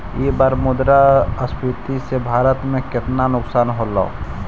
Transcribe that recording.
ई बार मुद्रास्फीति से भारत में केतना नुकसान होलो